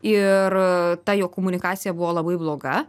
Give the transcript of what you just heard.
ir ta jo komunikacija buvo labai bloga